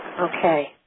Okay